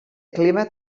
clima